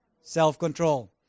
self-control